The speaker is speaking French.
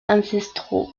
ancestraux